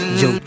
yo